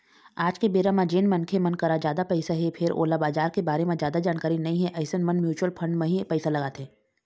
आज के बेरा म जेन मनखे मन करा जादा पइसा हे फेर ओला बजार के बारे म जादा जानकारी नइ हे अइसन मन म्युचुअल फंड म ही पइसा लगाथे